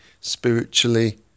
spiritually